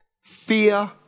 Fear